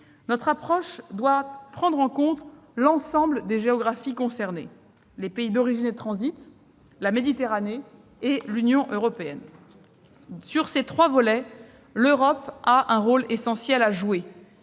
Notre approche doit prendre en compte l'ensemble des géographies concernées : les pays d'origine et de transit, la Méditerranée et l'Union européenne. Sur ces trois volets, l'Europe a un rôle essentiel à jouer